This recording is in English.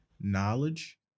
knowledge